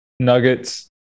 Nuggets